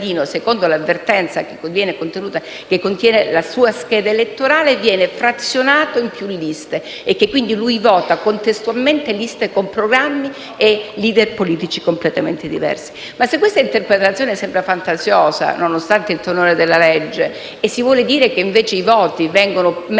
del cittadino, secondo l'avvertenza che contiene la sua scheda elettorale, viene frazionato in più liste e, quindi, egli vota contestualmente liste con programmi e *leader* politici completamente diversi. Se questa interpretazione sembra fantasiosa, nonostante il tenore della legge, e se si vuole dire che i voti vengono messi